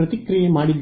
ಪ್ರತಿಕ್ರಿಯೆ ಮಾಡಿದ್ದೇವೆ